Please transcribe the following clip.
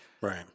Right